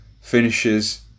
finishes